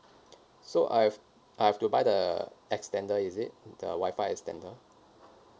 so I've I've to buy the extender is it the wi-fi extender